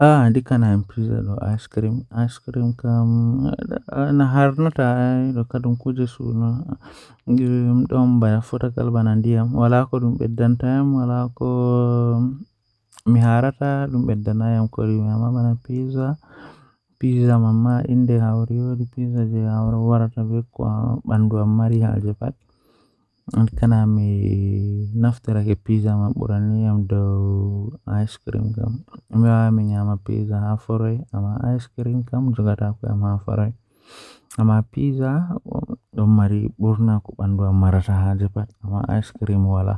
Ah ndikka ɓe tokka jangugo mathmatics Ko sabu ngoodi e ɗum, yimɓe foti waawi sosde ɗum, e tawti laawol e nder caɗeele. Mathematics nafa koo fiyaama e nder keewɗi, kadi ko ɗum hokkata noyiɗɗo e tareeji woppitaaki. Kono, waɗde mathematics no waawi njama ko moƴƴi faami, heɓugol firtiiɗo ngal hayɓe.